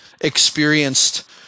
experienced